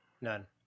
None